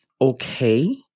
okay